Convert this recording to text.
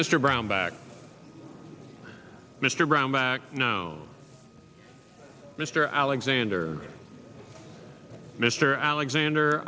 mr brownback mr brownback now mr alexander mr alexander